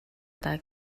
даа